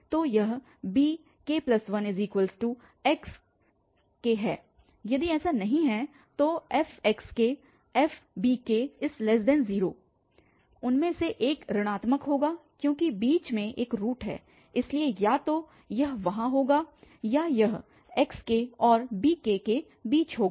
तो यह bk1xk है यदि ऐसा नहीं है तो fxkfbk0 उनमें से एक ऋणात्मक होगा क्योंकि बीच में एक रूट है इसलिए या तो यह वहाँ होगा या यह xk और bk के बीच होगा